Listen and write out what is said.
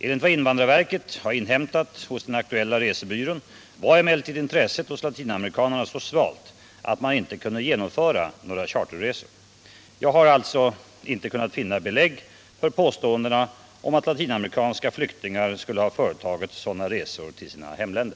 Enligt vad invandrarverket har inhämtat hos den aktuella reserbyrån var emellertid intresset hos latinamerikanerna så svalt att man inte kunde genomföra några charterresor. Jag har alltså inte kunnat finna belägg för påståendena om att latinamerikanska flyktingar skulle ha företagit sådana resor till sina hemländer.